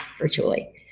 virtually